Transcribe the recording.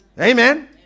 amen